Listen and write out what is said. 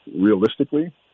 realistically